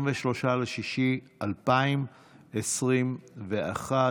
(23 ביוני 2021)